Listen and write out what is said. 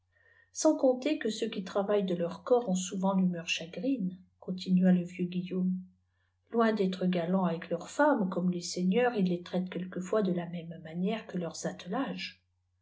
m sanacompter que ceux aui travaillent de leurs corps ont aouveni l'humeur chagrine continua le viem g ilium loiti d'être galanu avec leurs femmes eoomne lessmfiieiiia us las iraitent aiielquefois de la même manière que leurs attelages